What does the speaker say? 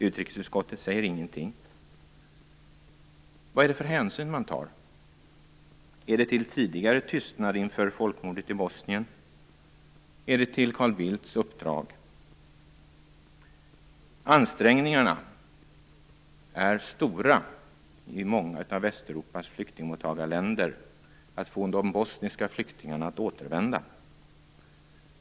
Utrikesutskottet säger ingenting. Vad är det för hänsyn man tar? Är det hänsyn till tidigare tystnad inför folkmordet i Bosnien? Är det hänsyn till Carl Bildts uppdrag? Ansträngningarna är stora i många av Västeuropas flyktingmottagarländer för att få de bosniska flyktingarna att återvända.